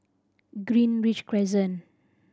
Greenridge Crescent